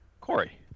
Corey